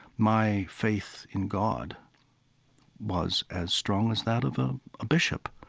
my faith in god was as strong as that of a ah bishop.